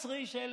11 האיש האלה,